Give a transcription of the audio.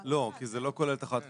לא, כי זה לא כולל את החד פעמית.